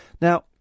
Now